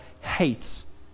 hates